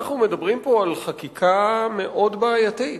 אנחנו מדברים פה על חקיקה מאוד בעייתית.